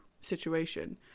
situation